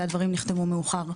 שהדברים נחתמו מאוחר.